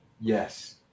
Yes